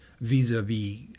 vis-a-vis